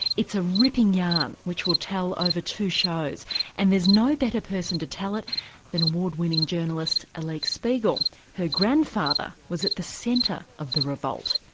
it's a ripping yarn which we'll tell over two shows and there's no better person to tell it that award winning journalist alix ah like spiegel her grandfather was at the centre of the revolt.